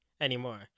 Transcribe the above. anymore